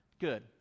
Good